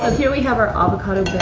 um here we have our avocado bhel.